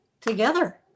together